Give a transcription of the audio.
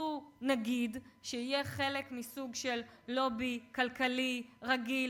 וחיפשו נגיד שיהיה חלק מסוג של לובי כלכלי רגיל,